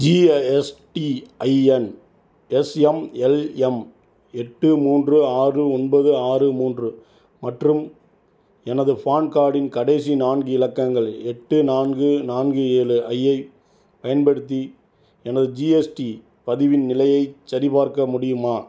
GSTIN S M L M எட்டு மூன்று ஆறு ஒம்போது ஆறு மூன்று மற்றும் எனது ஃபான் கார்டின் கடைசி நான்கு இலக்கங்கள் எட்டு நான்கு நான்கு ஏழு ஐப் பயன்படுத்தி எனது ஜிஎஸ்டி பதிவின் நிலையைச் சரிபார்க்க முடியுமா